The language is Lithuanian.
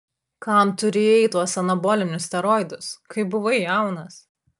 kam tu rijai tuos anabolinius steroidus kai buvai jaunas